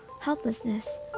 helplessness